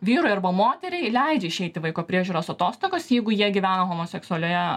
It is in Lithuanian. vyrui arba moteriai leidžia išeiti vaiko priežiūros atostogos jeigu jie gyvena homoseksualioje